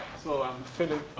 so i'm phillip. oh,